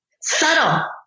subtle